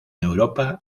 europa